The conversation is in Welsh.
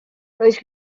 roedd